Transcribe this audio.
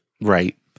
Right